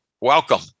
welcome